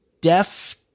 deaf